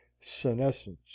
Senescence